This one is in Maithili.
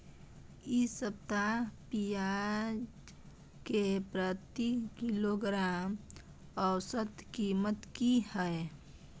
इ सप्ताह पियाज के प्रति किलोग्राम औसत कीमत की हय?